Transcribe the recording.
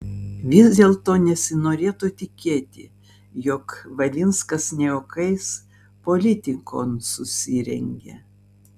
vis dėlto nesinorėtų tikėti jog valinskas ne juokais politikon susirengė